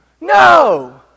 No